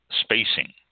spacing